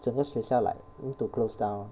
整个学校 like need to close down